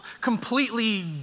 completely